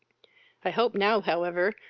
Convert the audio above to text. i hope now, however,